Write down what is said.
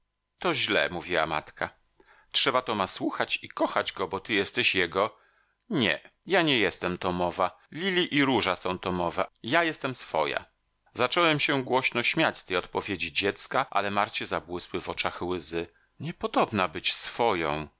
to źle mówiła matka trzeba toma słuchać i kochać go bo ty jesteś jego nie ja nie jestem tomowa lili i róża są tomowe ja jestem swoja zacząłem się głośno śmiać z tej odpowiedzi dziecka ale marcie zabłysły w oczach łzy niepodobna być swoją